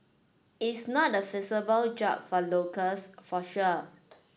is not a feasible job for locals for sure